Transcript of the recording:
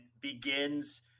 begins